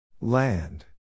Land